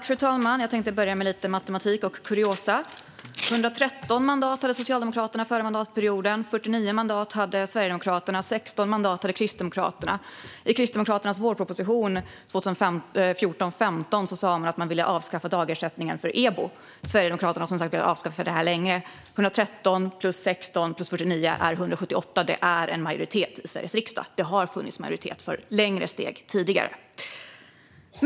Fru talman! Jag tänkte börja med lite matematik och kuriosa. Förra mandatperioden hade Socialdemokraterna 113 mandat. Sverigedemokraterna hade 49 mandat, och Kristdemokraterna hade 16 mandat. I Kristdemokraternas vårproposition för 2014/15 sa man att man ville avskaffa dagersättningen för EBO. Sverigedemokraterna har som sagt velat avskaffa den länge. 113 plus 16 plus 49 är 178. Det är en majoritet i Sveriges riksdag. Det har alltså funnits majoritet för längre steg tidigare.